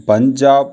Punjab